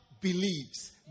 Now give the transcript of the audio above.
believes